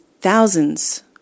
Thousands